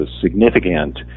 significant